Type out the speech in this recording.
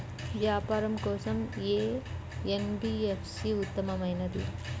వ్యాపారం కోసం ఏ ఎన్.బీ.ఎఫ్.సి ఉత్తమమైనది?